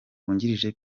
wungirije